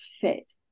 fit